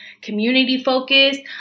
community-focused